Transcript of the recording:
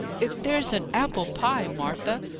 if there's an apple pie, martha,